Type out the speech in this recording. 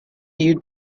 you